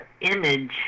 image